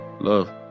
Love